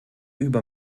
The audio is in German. über